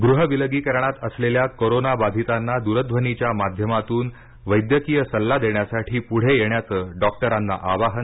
गृहविलगी करणात असलेल्या कोरोना बाधितांना दूरध्वनीच्या माध्यमातून वैद्यकीय सल्ला देण्यासाठी पुढे येण्याचं डॉक्टरांना आवाहन